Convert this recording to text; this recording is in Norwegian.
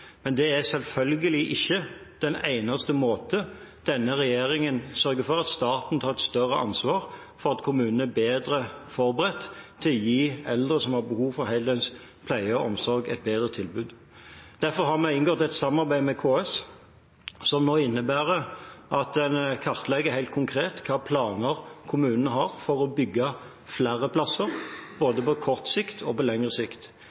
Men det er selvfølgelig ikke den eneste måten: Denne regjeringen sørger for at staten tar et større ansvar for at kommunene er bedre forberedt til å gi eldre som har behov for heldøgns pleie og omsorg, et bedre tilbud. Derfor har vi inngått et samarbeid med KS, som nå innebærer at en kartlegger helt konkret hvilke planer kommunene har for å bygge flere plasser, både på kort sikt og på lengre sikt.